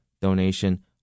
donation